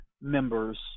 members